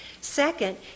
second